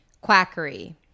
quackery